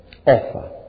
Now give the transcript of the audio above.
offer